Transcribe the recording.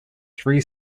three